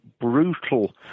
brutal